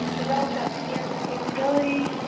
develop that pediatric capability.